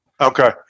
okay